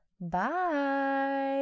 Bye